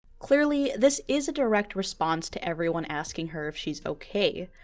clearly this is a direct response to everyone asking her if she's okay.